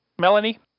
Melanie